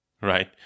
right